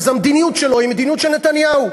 אז המדיניות שלו היא מדיניות של נתניהו.